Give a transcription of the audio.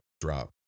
drop